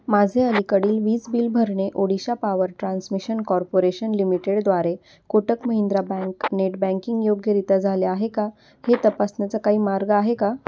माझे अलीकडील वीज बिल भरणे ओडिशा पॉवर ट्रान्समिशन कॉर्पोरेशन लिमिटेडद्वारे Kotak Mahindra bank net banking योग्यरित्या झाले आहे का हे तपासण्याचा काही मार्ग आहे का